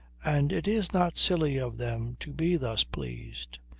and it is not silly of them to be thus pleased.